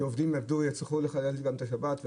שעובדים יצטרכו לחלל את השבת?